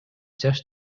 жаш